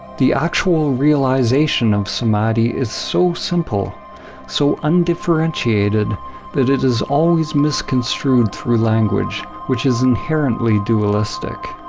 the actual realization of samadhi is so simple so undifferentiated that it is always misconstrued through language which is inherently dualistic.